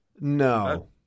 No